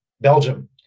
Belgium